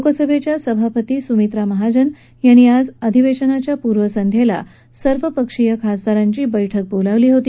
लोकसभेच्या सभापती सुमित्रा महाजन यांनी आज अधिवेशनाच्या पूर्वसंध्येला सर्वपक्षीय खासदारांची बैठक बोलावली होती